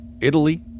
Italy